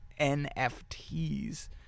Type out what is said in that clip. NFTs